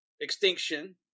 extinction